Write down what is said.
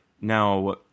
Now